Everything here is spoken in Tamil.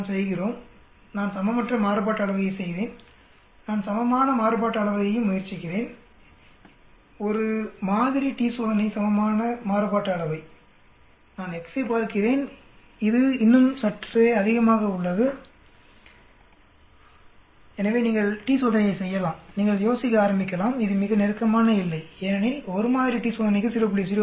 நாம் செய்கிறோம் நான் சமமற்ற மாறுபாட்டு அளவையைச் செய்தேன் நான் சமமான மாறுபாட்டு அளவையையும் முயற்சிக்கிறேன் ஒரு மாதிரி t சோதனை சமமான மாறுபாட்டு அளவை நான் x ஐப் பார்க்கிறேன் இது இன்னும் சற்றே அதிகமாக உள்ளது எனவே நீங்கள் t சோதனை செய்யலாம் நீங்கள் யோசிக்க ஆரம்பிக்கலாம் இது மிக நெருக்கமான எல்லை ஏனெனில் ஒரு மாதிரி t சோதனைக்கு 0